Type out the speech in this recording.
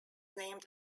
named